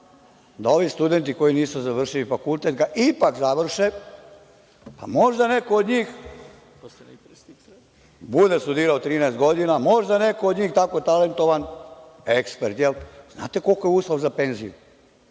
da ovi studenti koji nisu završili fakultet ga ipak završe, pa možda neko od njih bude studirao 13 godina, možda neko od njih tako talentovan, ekspert. Znate koliki je uslov za penziju,